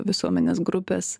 visuomenės grupės